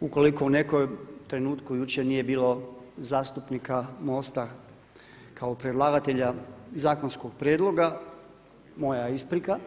ukoliko u nekom trenutku jučer nije bilo zastupnika MOST-a kao predlagatelja zakonskog prijedloga moja isprika.